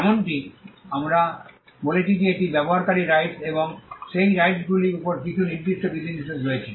যেমনটি আমরা বলেছি যে এটি ব্যবহারকারীর রাইটস এবং সেই রাইটসগুলির উপর কিছু নির্দিষ্ট বিধিনিষেধ রয়েছে